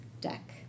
deck